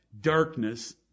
darkness